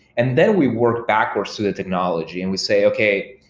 and then we worked backwards to the technology and we say, okay.